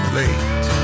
late